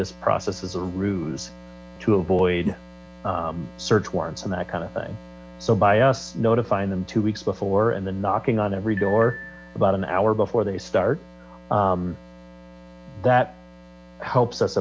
this process as a ruse to avoid search warrants and that kind of thing so by us notifying them two weeks before and then knocking on every door about an hour before they start that helps us